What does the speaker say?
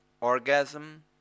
orgasm